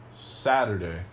Saturday